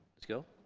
ms gill?